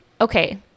okay